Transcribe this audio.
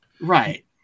right